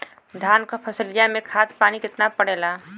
धान क फसलिया मे खाद पानी कितना पड़े ला?